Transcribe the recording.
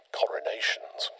coronations